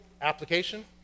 application